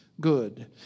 good